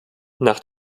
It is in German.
nach